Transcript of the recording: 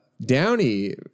Downey